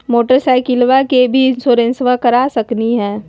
मोटरसाइकिलबा के भी इंसोरेंसबा करा सकलीय है?